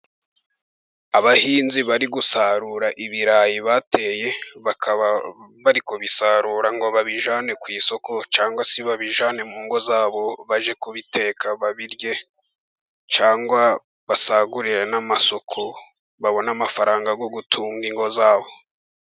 Abahinzi bari gusarura ibirayi bateye, bakaba bari kubisarura ngo babijyanane ku isoko, cyangwa se babijyane mu ngo zabo, baje kubiteka babirye, cyangwa basagurire n'amasoko, babone amafaranga yo gutunga ingo zabo.